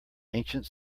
ancient